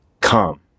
come